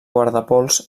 guardapols